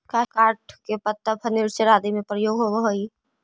काष्ठ के पट्टा फर्नीचर आदि में प्रयोग होवऽ हई